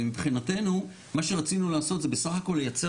ומבחינתנו מה שרצינו לעשות זה בסך הכל לייצר